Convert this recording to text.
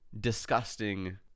disgusting